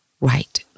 right